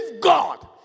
God